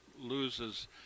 loses